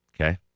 Okay